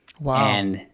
Wow